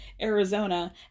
Arizona